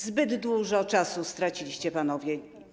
Zbyt dużo czasu straciliście, panowie.